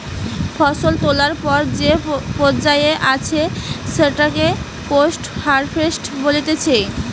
ফসল তোলার পর যে পর্যায়ে আছে সেটাকে পোস্ট হারভেস্ট বলতিছে